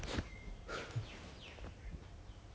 mm